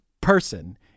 person